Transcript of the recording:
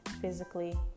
physically